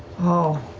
oh.